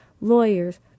lawyers